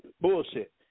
Bullshit